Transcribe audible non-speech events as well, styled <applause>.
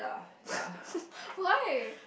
<laughs> why